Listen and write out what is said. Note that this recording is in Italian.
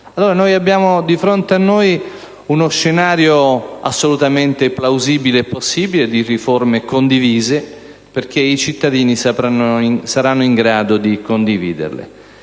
nazionale. Abbiamo di fronte uno scenario assolutamente plausibile e possibile di riforme condivise, perché i cittadini saranno in grado di condividerle.